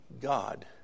God